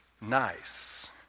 nice